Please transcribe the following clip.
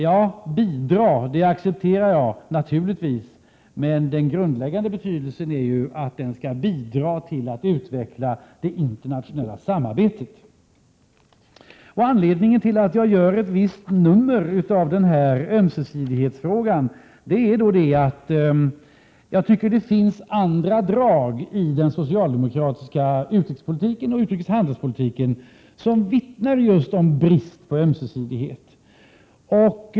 Ja, ”bidra” accepterar jag naturligtvis, men den grundläggande betydelsen är ju att handelspolitiken skall bidra till att utveckla det internationella samarbetet. Anledningen till att jag gör ett visst nummer av ömsesidighetsfrågan är att jag tycker att det finns andra drag i den socialdemokratiska utrikespolitiken och utrikeshandelspolitiken som vittnar just om brist på ömsesidighet.